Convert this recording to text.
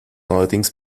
neuerdings